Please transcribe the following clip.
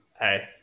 hey